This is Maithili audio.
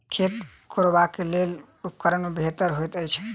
खेत कोरबाक लेल केँ उपकरण बेहतर होइत अछि?